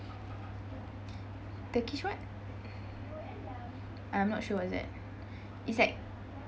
turkish what I'm not sure what is that it's like